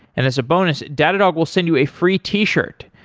and as a bonus, datadog will send you a free t-shirt.